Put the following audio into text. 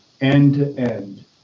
end-to-end